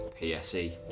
pse